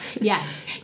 Yes